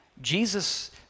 Jesus